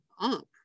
up